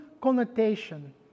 connotation